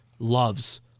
Loves